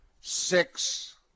Six